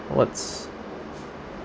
what's